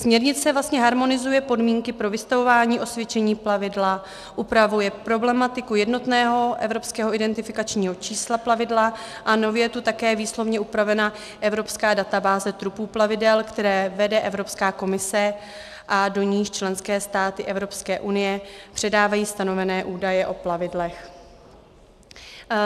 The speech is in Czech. Směrnice vlastně harmonizuje podmínky pro vystavování osvědčení plavidla, upravuje problematiku jednotného evropského identifikačního čísla plavidla a nově je tu také výslovně upravena evropská databáze trupu plavidel, kterou vede Evropská komise a do níž členské státy Evropské unie předávají stanovené údaje o plavidlech.